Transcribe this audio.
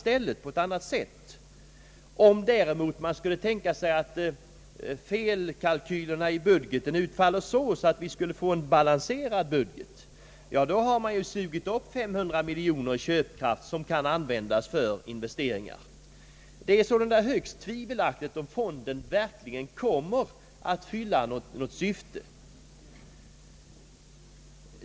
Om man däremot skulle tänka sig att felkalkylerna i budgeten utfaller på så sätt att vi skulle få en balanserad budget, har man ju sugit upp 500 miljoner kronor i köpkraft som kan användas för investeringar. Det är sålunda högst tvivelaktigt om fonden verkligen kommer att fylla något syfte.